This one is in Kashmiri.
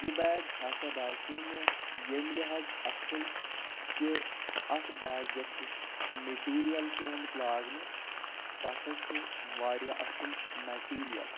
یہِ بیگ ہَسا باسیٚو مےٚ ییٚمہِ لحاظ اَصٕل کہ اَتھ بیگَس یُس میٚٹیٖریَل چھُ آمُت لاگنہٕ سُہ ہَسا چھُ واریاہ اَصٕل مٮ۪ٹیٖریَل